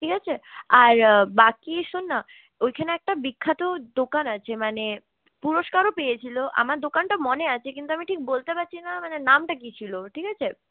ঠিক আছে আর বাকি শোন না ওখানে একটা বিখ্যাত দোকান আছে মানে পুরস্কারও পেয়েছিল আমার দোকানটা মনে আছে কিন্তু আমি ঠিক বলতে পারছি না নামটা কি ছিল ঠিক আছে